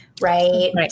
right